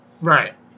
Right